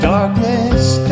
Darkness